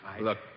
Look